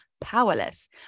powerless